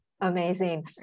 Amazing